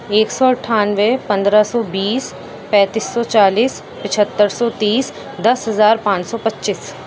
ایک سو اٹھانوے پندرہ سو بیس پینتس سو چالیس پچہتر سو تیس دس ہزار پانچ سو پچیس